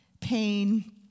pain